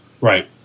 Right